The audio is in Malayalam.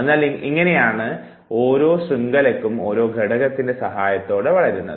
അതിനാൽ ഇങ്ങനെയാണ് ഓരോ ശൃംഖലക്കും ഓരോ ഘടകത്തിൻറെ സഹായത്തോടെ വളരുന്നത്